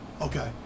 Okay